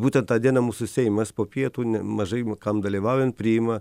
būtent tą dieną mūsų seimas po pietų mažai kam dalyvaujant priima